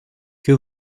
que